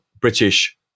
British